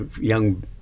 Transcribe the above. young